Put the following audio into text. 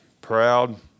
proud